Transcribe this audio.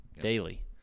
daily